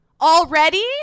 already